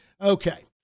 Okay